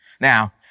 Now